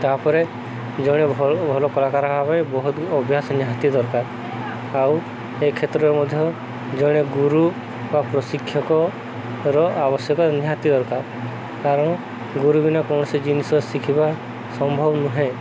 ତାପରେ ଜଣେ ଭଲ ଭଲ କଳାକାର ଭାବେ ବହୁତ ଅଭ୍ୟାସ ନିହାତି ଦରକାର ଆଉ ଏ କ୍ଷେତ୍ରରେ ମଧ୍ୟ ଜଣେ ଗୁରୁ ବା ପ୍ରଶିକ୍ଷକର ଆବଶ୍ୟକ ନିହାତି ଦରକାର କାରଣ ଗୁରୁ ବିନା କୌଣସି ଜିନିଷ ଶିଖିବା ସମ୍ଭବ ନୁହେଁ